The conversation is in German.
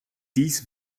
dies